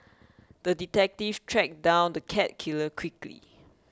the detective tracked down the cat killer quickly